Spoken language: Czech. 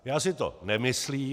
Já si to nemyslím.